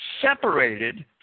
separated